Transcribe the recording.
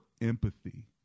empathy